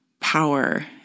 power